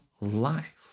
life